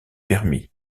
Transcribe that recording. permis